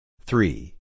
Three